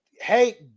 hey